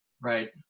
Right